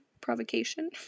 provocation